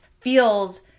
feels